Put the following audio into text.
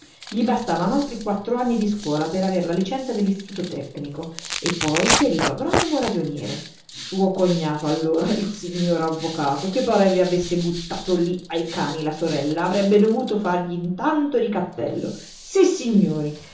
gli bastavano altri quattro anni di scuola per aver la licenza dell'istituto tecnico e poi perito agronomo o ragioniere suo cognato allora il signor avvocato che pareva avesse buttato là ai cani la sorella avrebbe dovuto fargli tanto di cappello sissignori